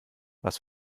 was